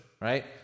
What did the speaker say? right